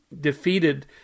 defeated